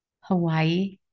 Hawaii